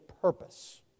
purpose